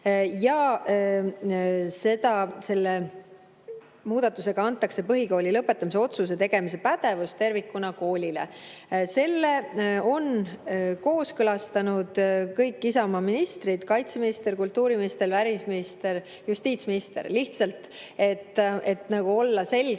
Selle muudatusega taheti anda põhikooli lõpetamise otsuse tegemise pädevus tervikuna koolile. Selle kooskõlastasid kõik Isamaa ministrid: kaitseminister, kultuuriminister, välisminister ja justiitsminister. Lihtsalt, et oleks selge: